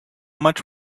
much